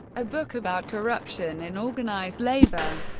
a book about corruption in organized labor.